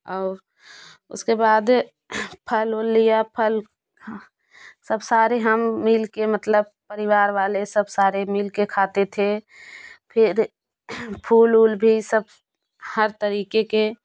और उसके बाद फल उल लिया फल हा सब सारे हम मिल के मतलब परिवार वाले सब सारे मिल के खाते थे फिर फूल उल भी सब हर तरीके के